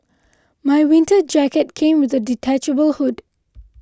my winter jacket came with a detachable hood